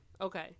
okay